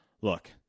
look